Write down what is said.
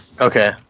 Okay